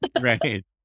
Right